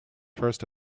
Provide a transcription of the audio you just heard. first